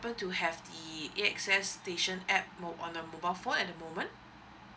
to have the A_X_S station A_P_P mo~ on the mobile phone at the moment